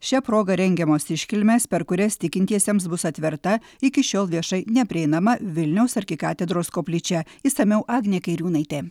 šia proga rengiamos iškilmės per kurias tikintiesiems bus atverta iki šiol viešai neprieinama vilniaus arkikatedros koplyčia išsamiau agnė kairiūnaitė